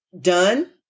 done